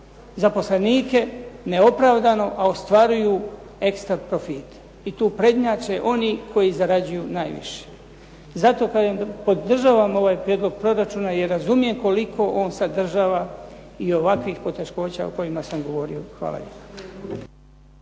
zaposlenike neopravdano, a ostvaruju ekstra profite i tu prednjače oni koji zarađuju najviše. Zato kažem, podržavam ovaj prijedlog proračuna jer razumijem koliko on sadržava i ovakvih poteškoća o kojima sam govorio. Hvala